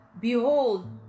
Behold